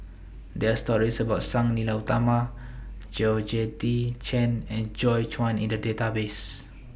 There Are stories about Sang Nila Utama Georgette Chen and Joi Chua in The Database